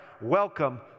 Welcome